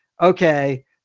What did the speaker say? okay